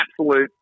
absolute